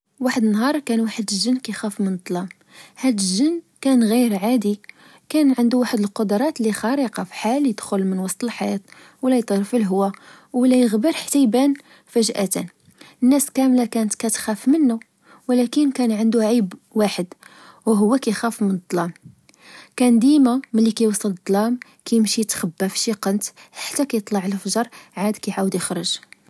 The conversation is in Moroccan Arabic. واحد النهار، كان واحد الجن كخاف من الظلام، هاد جن كان غير عادي، كان عندو واحد القدرات لخارقة، فحال يدخل من وسط الحيط، ولا يطير في الهوا، ولا يغبر حتى يبان فجأة، الناس كاملة كانت كتخلف منو، ولكن كان عندو عيب واحد، وهو كخاف من الظلام، كان ديما ملي كوصل الظلام، كمشي يتخبا فشي قنت حتى كطلع الفجر عاد كعاود يخرج